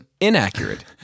inaccurate